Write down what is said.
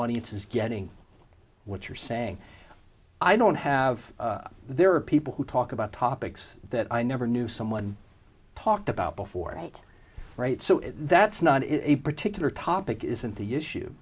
audience is getting what you're saying i don't have there are people who talk about topics that i never knew someone talked about before eight right so that's not a particular topic isn't the issue